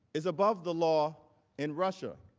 is above the law in russia.